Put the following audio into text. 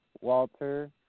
Walter